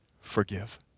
forgive